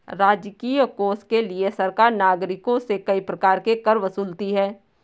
राजकीय कोष के लिए सरकार नागरिकों से कई प्रकार के कर वसूलती है